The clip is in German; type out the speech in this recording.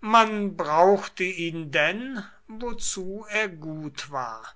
man brauchte ihn denn wozu er gut war